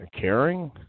caring